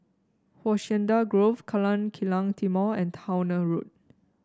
Hacienda Grove Jalan Kilang Timor and Towner Road